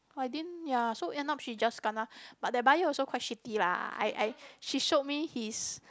I didn't ya so end up she just kena but the buyer also quite shitty lah I I she showed me his